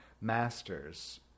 masters